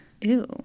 Ew